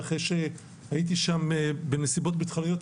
ואחרי שהייתי שם בנסיבות ביטחוניות,